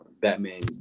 Batman